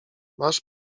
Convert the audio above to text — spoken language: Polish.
masz